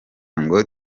ngo